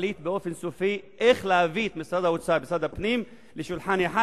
תחליט באופן סופי איך להביא את משרד האוצר ומשרד הפנים לשולחן אחד,